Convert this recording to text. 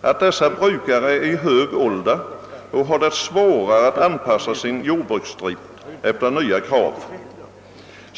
att dessa brukare i många fall har nått en ganska hög ålder och har svårt att anpassa sin jordbruksdrift efter nya krav.